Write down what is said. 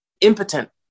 Impotent